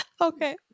Okay